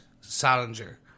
Salinger